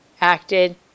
acted